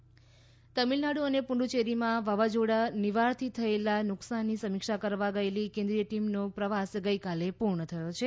કેન્દ્રીય ટીમ તમિલનાડુ અને પુન્ડુચેરીમાં વાવાઝોડા નિવારથી થયેલા નુકસાનની સમીક્ષા કરવા ગયેલી કેન્દ્રીય ટીમનો પ્રવાસ ગઈકાલે પૂર્ણ થયો છે